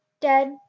dead